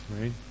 right